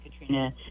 Katrina